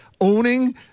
owning